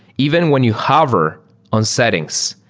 even when you hover on settings,